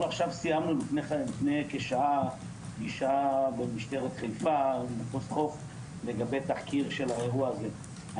לפני כשעה סיימנו פגישה במשטרת חיפה לגבי תחקיר של האירוע הזה.